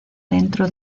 dentro